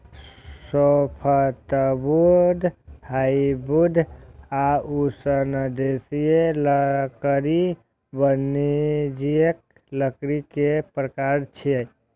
softwood, hardwood आ उष्णदेशीय लकड़ी वाणिज्यिक लकड़ी के प्रकार छियै